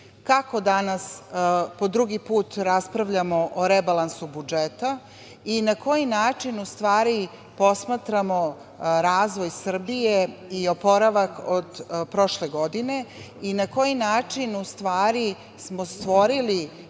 kako danas po drugi put raspravljamo o rebalansu budžeta i na koji način u stvari posmatramo razvoj Srbije i oporavak od prošle godine i na koji način smo stvorili